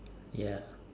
ya